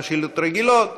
גם על השאילתות הרגילות.